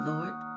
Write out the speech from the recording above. Lord